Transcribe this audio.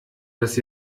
das